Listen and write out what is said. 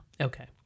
Okay